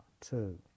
two